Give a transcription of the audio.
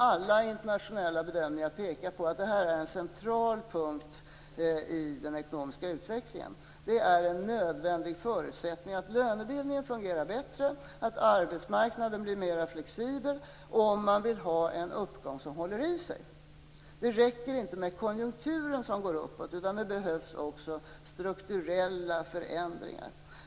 Alla internationella bedömningar pekar på att detta är en central punkt i den ekonomiska utvecklingen. Det är en nödvändig förutsättning att lönebildningen fungerar bättre och att arbetsmarknaden blir mer flexibel om man vill ha en uppgång som håller i sig. Det räcker inte med en konjunktur som går uppåt, utan det behövs också strukturella förändringar.